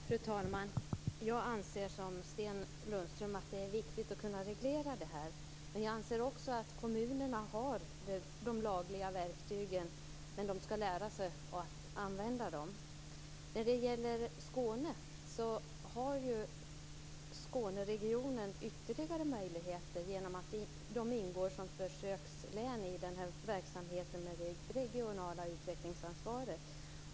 Fru talman! Jag anser liksom Sten Lundström att det är viktigt att kunna reglera detta. Men jag anser också att kommunerna har de lagliga verktygen. De skall bara lära sig att använda dem. När det gäller Skåne har ju Skåneregionen ytterligare möjligheter genom att man ingår som försökslän i verksamheten med regionalt utvecklingsansvar.